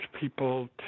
people